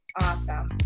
Awesome